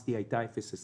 כשנכנסתי היא הייתה 0.25%,